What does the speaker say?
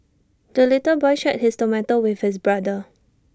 the little boy shared his tomato with his brother